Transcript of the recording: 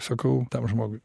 sakau tam žmogui